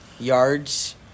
Yards